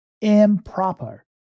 Improper